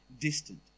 distant